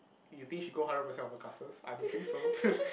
you think she go hundred percent of her classes I don't think so